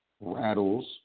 rattles